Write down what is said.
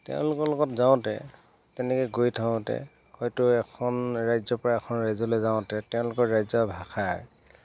তেওঁলোকৰ লগত যাওঁতে তেনেকৈ গৈ থাকোঁতে হয়তো এখন ৰাজ্যৰ পৰা এখন ৰাজ্যলৈ যাওঁতে তেওঁলোকৰ ৰাজ্যৰ ভাষাৰ